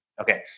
Okay